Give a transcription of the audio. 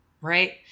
right